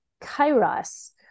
Kairos